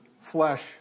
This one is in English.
flesh